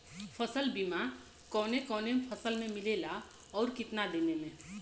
फ़सल बीमा कवने कवने फसल में मिलेला अउर कितना दिन में?